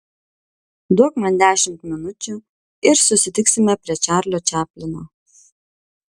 duok man dešimt minučių ir susitiksime prie čarlio čaplino